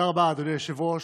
תודה רבה, אדוני היושב-ראש.